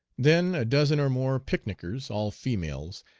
then a dozen or more picnicers, all females,